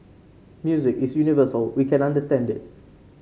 music is universal we can understand it